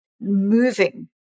moving